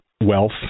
wealth